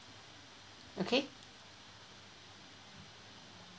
okay